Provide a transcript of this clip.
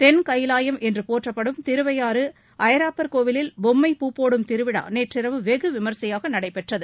தென் கயிலாயம் என்று போற்றப்படும் திருவையாறு ஐயறாப்பர் கோயிலில் பொம்மை பூபோடும் திருவிழா நேற்றிரவு வெகு விமரிசையாக நடைபெற்றது